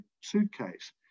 suitcase